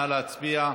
נא להצביע.